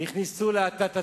נכנסו להאטת הצמיחה,